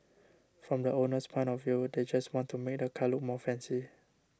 from the owner's point of view they just want to make the car look more fancy